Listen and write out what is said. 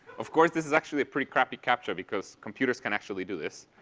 of course this is actually a pretty crappy captcha because computers can actually do this.